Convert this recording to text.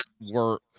work